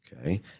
okay